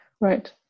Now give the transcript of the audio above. Right